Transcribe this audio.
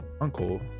uncle